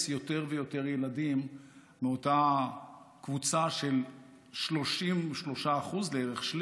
יותר ויותר ילדים מאותה קבוצה של 33% לערך,